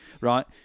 right